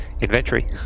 inventory